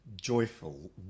joyful